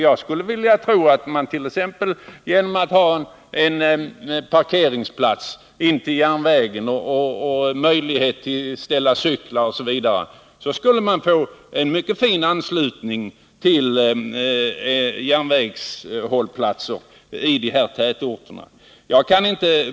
Jag kan inte se annat än att man genom en parkeringsplats intill järnvägen för bilar och cyklar skulle kunna få en mycket bra anslutning till järnvägshållplatserna.